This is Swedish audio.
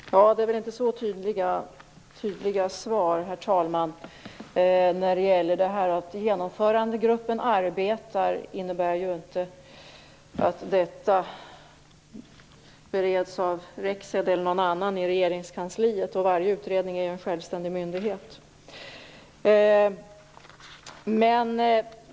Herr talman! Det är inte så tydliga svar. Att Genomförandegruppen arbetar innebär inte att frågan bereds av Rexed eller någon annan i Regeringskansliet. Varje utredning är ju en självständig myndighet.